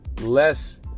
less